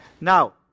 Now